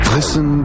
Listen